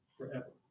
forever